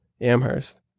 Amherst